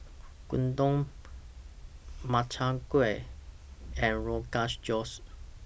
Gyudon Makchang Gui and Rogans Josh